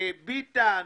ביטן,